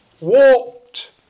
walked